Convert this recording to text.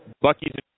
Bucky's